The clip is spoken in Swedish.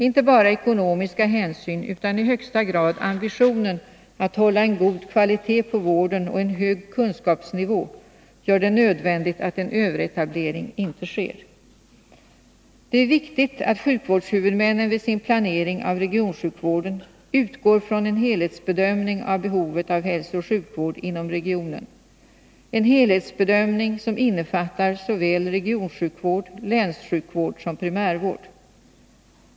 Inte bara ekonomiska hänsyn utan i högsta grad ambitionen att hålla en god kvalitet på vården och en hög kunskapsnivå gör det nödvändigt att en överetablering inte sker. Det är viktigt att sjukvårdshuvudmännen vid sin planering av regionsjukvården utgår från en helhetsbedömning av behovet av hälsooch sjukvård inom regionen, en helhetsbedömning som innefattar såväl regionsjukvård och länssjukvård som primärvård.